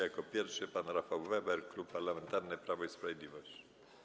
Jako pierwszy pan Rafał Weber, Klub Parlamentarny Prawo i Sprawiedliwość.